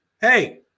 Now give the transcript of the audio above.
hey